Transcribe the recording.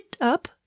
up